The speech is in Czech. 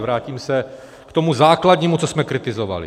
Vrátím se k tomu základnímu, co jsme kritizovali.